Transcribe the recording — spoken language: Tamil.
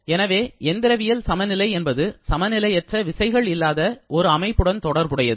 எனவே எந்திரவியல் சமநிலை என்பது சமநிலையற்ற விசைகள் இல்லாத ஒரு அமைப்புடன் தொடர்புடையது